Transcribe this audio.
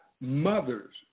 Mother's